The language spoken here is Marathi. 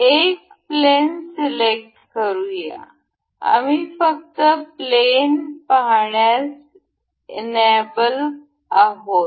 एक प्लेन सिलेक्ट करूया आम्ही फक्त प्लेन पाहण्यास इनएबल आहोत